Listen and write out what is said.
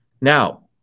Now